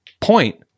point